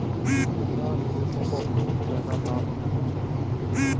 खुदरा निवेशाकोक ज्यादा लाभ नि होचे